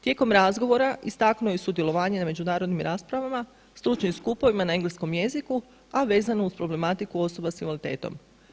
Tijekom razgovora istaknuo je sudjelovanje na međunarodnim raspravama, stručnim skupovima na engleskom jeziku, a vezano uz problematiku osoba s invaliditetom.